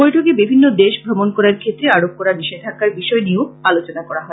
বৈঠকে বিভিন্ন দেশ ভ্রমন করার ক্ষেত্রে আরোপ করা নিষেধাজ্ঞার বিষয় নিয়েও আলোচনা হয়